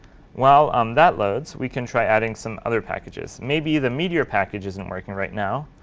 while um that loads, we can try adding some other packages. maybe the meteor package isn't working right now,